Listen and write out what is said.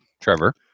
Trevor